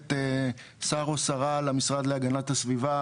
נכנסת שר או שרה למשרד להגנת הסביבה,